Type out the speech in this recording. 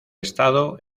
estado